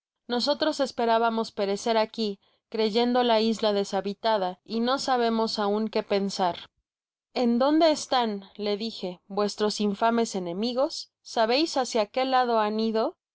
nosotros esperábamos perecer aqui creyendo la isla deshabitada y no sabemos aún qué pensar en dónde están le dije vuestros infames enemigos sabeis hácia qué lado han ido